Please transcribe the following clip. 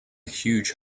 huge